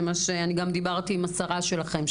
אני גם דיברתי עם השרה שלכם,